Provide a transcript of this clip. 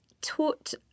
taught